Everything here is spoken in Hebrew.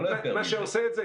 מה שעושה את זה,